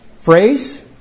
phrase